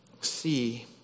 see